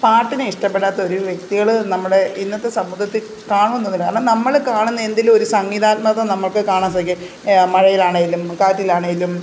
പാട്ടിനെ ഇഷ്ടപ്പെടാത്ത ഒരു വ്യക്തികൾ നമ്മുടെ ഇന്നത്തെ സമൂഹത്തിൽ കാണുമെന്ന് ഇല്ല നമ്മൾ കാണുന്ന എന്തിലും ഒരു സംഗീതാത്മകത നമുക്ക് കാണാൻ സാധിക്കും മഴയിലാണെങ്കിലും കാറ്റിലാണെങ്കിലും